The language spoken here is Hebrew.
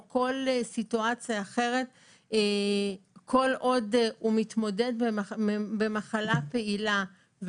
או כל סיטואציה אחרת - כל עוד הוא מתמודד עם מחלה פעילה,